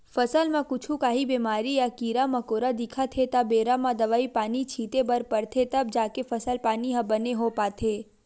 फसल म कुछु काही बेमारी या कीरा मकोरा दिखत हे त बेरा म दवई पानी छिते बर परथे तब जाके फसल पानी ह बने हो पाथे